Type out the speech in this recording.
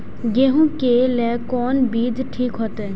गेहूं के लेल कोन बीज ठीक होते?